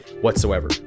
whatsoever